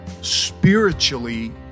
spiritually